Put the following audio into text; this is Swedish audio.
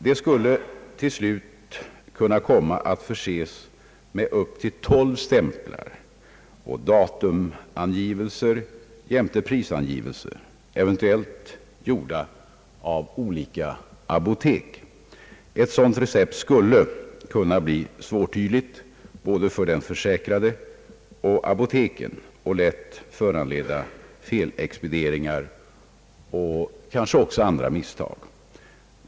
Det skulle till slut kunna komma att förses med upp till tolv stämplar, datumoch prisangivelser etc., eventuellt gjorda av olika apotek. Ett sådant recept skulle kunna bli svårt att tyda både för den försäkrade och för apoteken och skulle lätt kunna föranleda felexpedieringar och kanske också andra misstag.